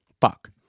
Fuck